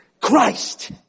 Christ